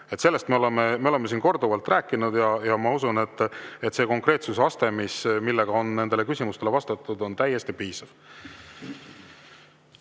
Sellest me oleme siin korduvalt rääkinud ja ma usun, et see konkreetsuse aste, millega nendele küsimustele vastati, on täiesti piisav.